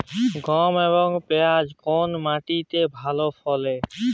গম এবং পিয়াজ কোন মাটি তে ভালো ফলে?